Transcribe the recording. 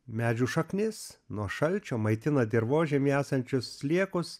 medžių šaknis nuo šalčio maitina dirvožemy esančius sliekus